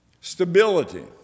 stability